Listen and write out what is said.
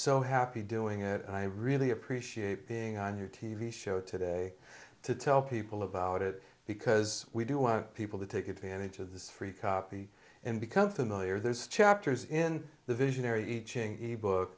so happy doing it and i really appreciate being on your t v show today to tell people about it because we do want people to take advantage of this free copy and become familiar there's chapters in the visionary iching e book